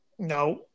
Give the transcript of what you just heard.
No